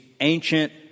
ancient